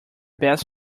best